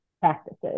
practices